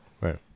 Right